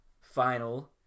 final